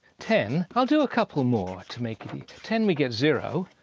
ten i'll do a couple more to make it eas ten we get zero.